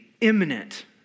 imminent